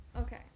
Okay